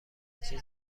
چیز